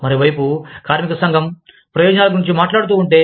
మరోవైపు కార్మిక సంఘం ప్రయోజనాల గురించి మాట్లాడుతూ ఉంటే